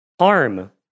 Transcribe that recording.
harm